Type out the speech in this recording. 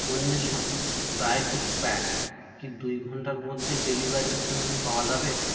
অন্বেষণ dry fruit pack কি দুই ঘন্টার মধ্যে ডেলিভারির জন্য পাওয়া যাবে